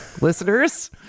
listeners